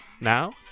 Now